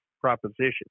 proposition